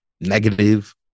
negative